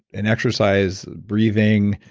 an exercise breathing,